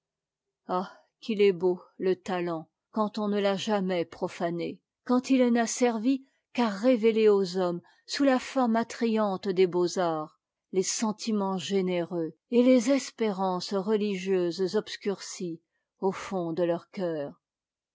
ah qu'il est beau le talent quand on ne l'a jamais profané quand il n'a servi qu'à révéler aux hommes sous la forme attrayante des beaux-arts les sentiments généreux et les espérances religieuses obscurcies au fond de leur cœur